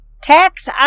tax